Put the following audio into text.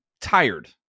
tired